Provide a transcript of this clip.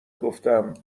گفتم